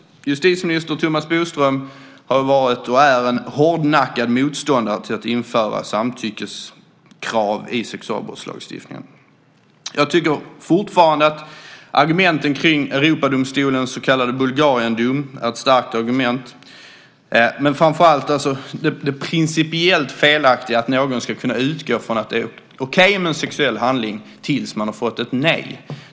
Justitieminister Thomas Bodström har varit och är en hårdnackad motståndare till att införa samtyckeskrav i sexualbrottslagstiftningen. Jag tycker fortfarande att argumenten kring Europadomstolens så kallade Bulgariendom är ett starkt argument, men framför allt vill jag framhålla det principiellt felaktiga att någon ska kunna utgå från att det är okej med en sexuell handling tills man har fått ett nej.